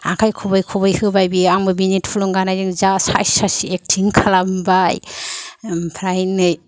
आखाय खबै खबै होबाय बियो आंबो बिनि थुलुंगानायजों जा साइस साइस एकटिं खालामबाय ओमफ्राय नै